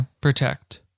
protect